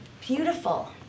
beautiful